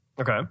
Okay